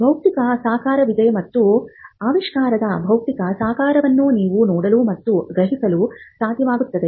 ಭೌತಿಕ ಸಾಕಾರವಿದೆ ಮತ್ತು ಆವಿಷ್ಕಾರದ ಭೌತಿಕ ಸಾಕಾರವನ್ನು ನೀವು ನೋಡಲು ಮತ್ತು ಗ್ರಹಿಸಲು ಸಾಧ್ಯವಾಗುತ್ತದೆ